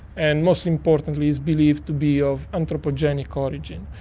and most importantly it's believed to be of anthropogenic origin.